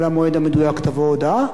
על המועד המדויק תבוא הודעה,